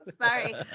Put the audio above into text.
Sorry